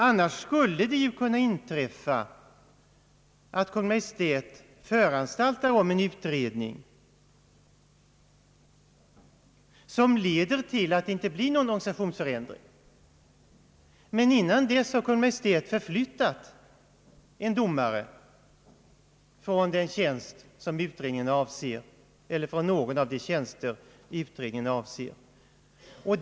Annars skulle det ju kunna inträffa att Kungl. Maj:t föranstaltar om en utredning som leder till att det inte blir någon organisationsförändring, men innan dess har Kungl. Maj:t förflyttat en domare från någon av de tjänster som utredningen avser.